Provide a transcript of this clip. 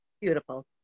Beautiful